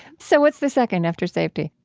so what's the second after safety?